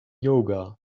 yoga